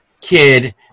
kid